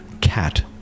cat